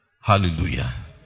Hallelujah